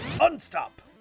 Unstop